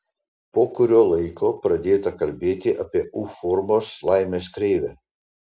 po kurio laiko pradėta kalbėti apie u formos laimės kreivę